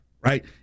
right